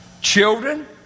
Children